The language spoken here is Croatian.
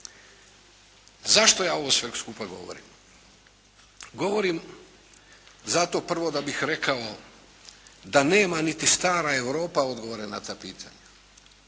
Zašto ja ovo sve skupa govorim? Govorim zato prvo, da bih rekao da nema niti stara Europa odgovore na ta pitanja.